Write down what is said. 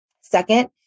Second